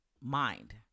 mind